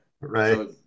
Right